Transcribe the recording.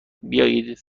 بیایید